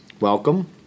welcome